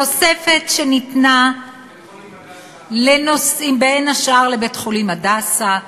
תוספת שניתנה לנושאים, בית-חולים "הדסה".